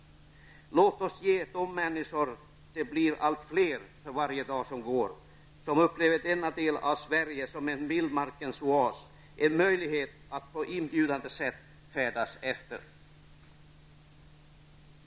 Låt oss ge de människor -- de blir allt fler för varje dag som går -- som upplever denna del av Sverige som en vildmarksoas en möjlighet att på ett inbjudande sätt färdas där.